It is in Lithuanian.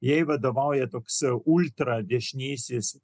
jai vadovauja tuksi ultradešinysis